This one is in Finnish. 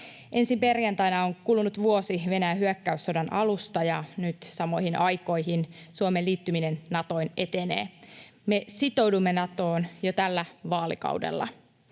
Ensi perjantaina on kulunut vuosi Venäjän hyökkäyssodan alusta, ja nyt samoihin aikoihin Suomen liittyminen Natoon etenee. Me sitoudumme Natoon jo tällä vaalikaudella.